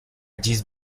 jesse